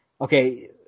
okay